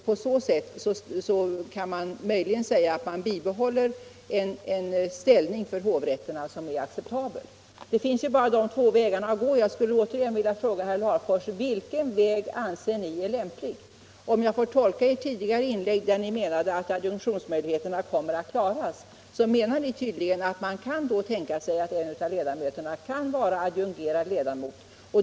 På så sätt kan man omöjligen säga att man bibehåller en ställning för hovrätterna som är acceptabel. Det finns ju bara två vägar att gå, och jag skulle återigen vilja fråga herr Larfors: Vilken väg anser ni är lämplig? Om jag får tolka ert tidigare inlägg, där ni menade att adjungeringsmöjligheterna kommer att klaras, så anser ni tydligen att man kan tänka sig att en av ledamöterna är adjungerad ledamot.